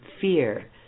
fear